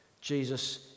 Jesus